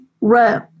row